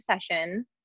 session